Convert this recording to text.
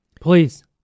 Please